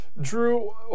Drew